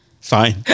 fine